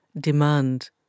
demand